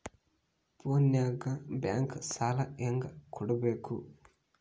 ಫೋನಿನಾಗ ಬ್ಯಾಂಕ್ ಸಾಲ ಹೆಂಗ ಕಟ್ಟಬೇಕು?